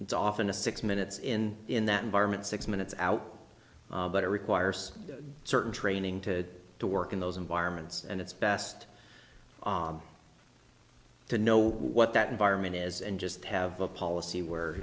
it's often a six minutes in in that environment six minutes out but it requires certain training to to work in those environments and it's best to know what that environment is and just have a policy where